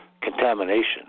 contamination